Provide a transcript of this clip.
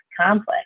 complex